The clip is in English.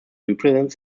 represent